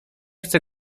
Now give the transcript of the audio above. chcę